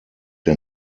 der